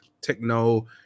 techno